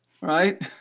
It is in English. right